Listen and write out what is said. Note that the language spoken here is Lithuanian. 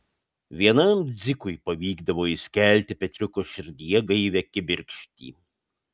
vienam dzikui pavykdavo įskelti petriuko širdyje gaivią kibirkštį